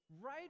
Right